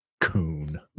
Coon